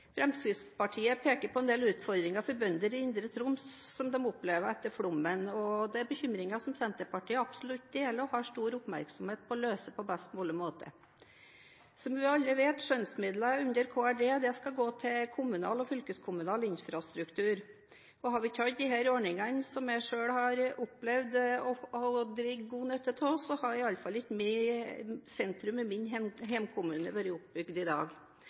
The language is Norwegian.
Fremskrittspartiet peker på en del utfordringer som bønder i Indre Troms opplever etter flommen. Det er bekymringer som Senterpartiet absolutt deler, og har stor oppmerksomhet mot for å løse på best mulig måte. Som vi alle vet skal skjønnsmidler under Kommunal- og regionaldepartementet gå til kommunal og fylkeskommunal infrastruktur. Hadde vi ikke hatt disse ordningene – som jeg selv har opplevd å ha dratt god nytte av – hadde iallfall ikke sentrum i min hjemkommune vært oppbygd i dag.